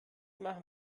machen